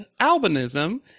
albinism